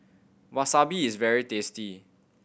wasabi is very tasty